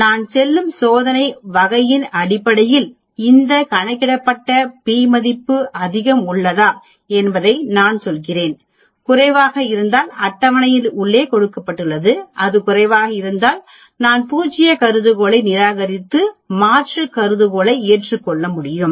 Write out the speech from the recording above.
நான் செல்லும் சோதனை வகையின் அடிப்படையில் இந்த கணக்கிடப்பட்ட p மதிப்பு அதிகம் உள்ளதா என்பதை நான் சொல்கிறேன் குறைவாக இருந்தால் அட்டவணையில் என்ன கொடுக்கப்பட்டுள்ளது அது குறைவாக இருந்தால் நான் பூஜ்ய கருதுகோளை நிராகரித்து மாற்று கருதுகோளை ஏற்றுக்கொள்ள முடியும்